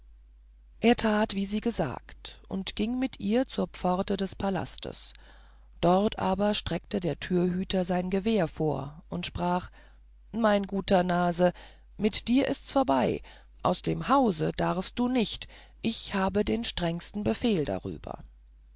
er tat wie sie gesagt und ging mit ihr zur pforte des palastes dort aber streckte der türhüter sein gewehr vor und sprach mein guter nase mit dir ist's vorbei aus dem hause darfst du nicht ich habe den strengsten befehl darüber